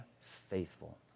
faithful